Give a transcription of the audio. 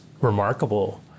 remarkable